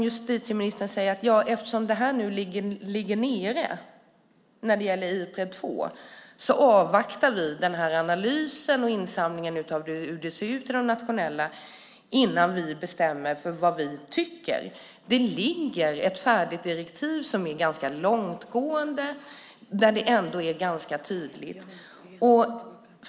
Justitieministern säger att eftersom det här ligger nere när det gäller Ipred 2 avvaktar vi analysen och insamlingen av hur det ser ut innan vi bestämmer vad vi tycker. Det ligger ett färdigt direktiv som är ganska långtgående.